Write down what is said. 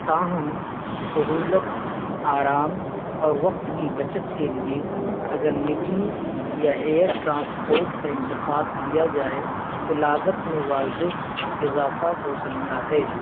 تاہم سہولت آرام اور وقت کی بچت کے لیے اگر نجی یا ایئر ٹرانسپورٹ کا انتخاب کیا جائے تو لاگت میں واضح اضافہ ہو سکتا ہے